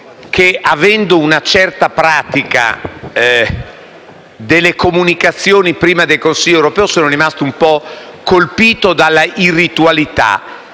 che, avendo una certa pratica delle comunicazioni del Governo prima del Consiglio europeo, sono rimasto un po' colpito dall'irritualità.